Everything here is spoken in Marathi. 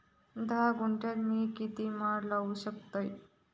धा गुंठयात मी किती माड लावू शकतय?